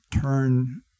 turn